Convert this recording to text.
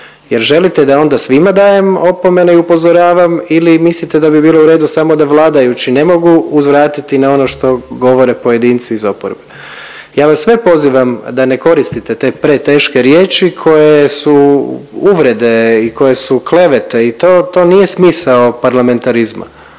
Jel' želite da onda svima dajem opomene i upozoravam ili mislite da bi bilo u redu samo da vladajući ne mogu uzvratiti na ono što govore pojedinci iz oporbe. Ja vas sve pozivam da ne koristite te preteške riječi koje su uvrede i koje su klevete i to, to nije smisao parlamentarizma.